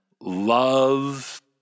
love